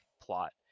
plot